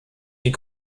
die